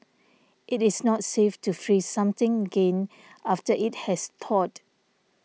it is not safe to freeze something again after it has thawed